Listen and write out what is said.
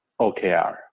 OKR